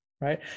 Right